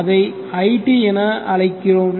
அதை it என அழைக்கிறோம்